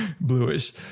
bluish